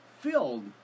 filled